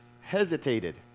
hesitated